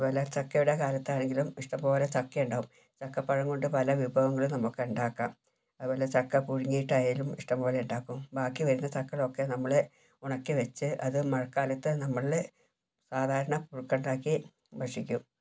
അതേപോലെ ചക്കേട കാലത്താണെങ്കിലും ഇഷ്ട്ടം പോലെ ചക്കയുണ്ടാകും ചക്കപ്പഴം കൊണ്ട് പല വിഭവങ്ങൾ നമുക്കൊണ്ടാക്കാം അതുപോലെ ചക്ക പുഴുങ്ങിയിട്ടായാലും ഇഷ്ട്ടം പോലെ ഉണ്ടാക്കും ബാക്കി വരുന്ന ചക്കകളൊക്കെ നമ്മൾ ഉണക്കി വെച്ച് അത് മഴക്കാലത്ത് നമ്മൾ സാധാരണ പുഴുക്കുണ്ടാക്കി ഭക്ഷിക്കും